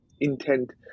intent